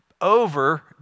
over